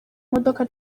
imodoka